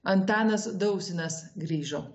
antanas dausinas grįžo